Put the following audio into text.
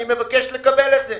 אני מבקש לקבל את זה.